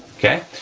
okay?